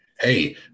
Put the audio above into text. hey